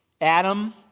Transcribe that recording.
Adam